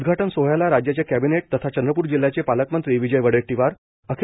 उदघाटन सोहळ्याला राज्याचे कॅबिनेट तथा चंद्रपूर जिल्ह्याचे पालकमंत्री विजय वोट्टीवार अ